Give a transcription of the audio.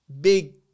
big